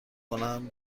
کنم